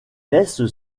laissent